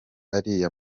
ariya